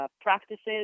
practices